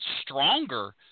stronger